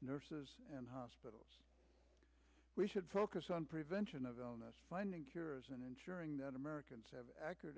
nurses and hospitals we should focus on prevention of finding cures and ensuring that americans have accurate